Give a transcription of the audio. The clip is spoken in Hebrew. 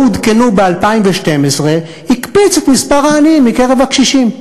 עודכנו ב-2012 הקפיצה את מספר העניים בקרב הקשישים.